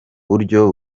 buryo